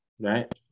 Right